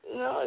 no